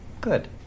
Good